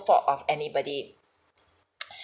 fault of anybody